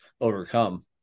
overcome